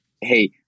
hey